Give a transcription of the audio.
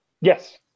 Yes